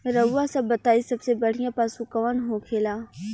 रउआ सभ बताई सबसे बढ़ियां पशु कवन होखेला?